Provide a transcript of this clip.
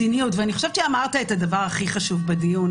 חושבת שאמרת את הדבר הכי חשוב בדיון,